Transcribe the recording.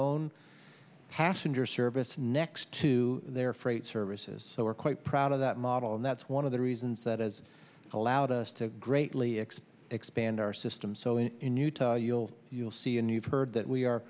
own passenger service next to their freight services so we're quite proud of that model and that's one of the reasons that has allowed us to greatly expand expand our system so in in utah you'll you'll see a new you've heard that we are